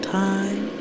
time